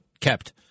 kept